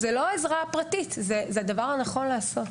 זאת לא עזרה פרטית, זה הדבר הנכון לעשות.